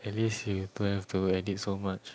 at least you don't have to edit so much